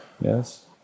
Yes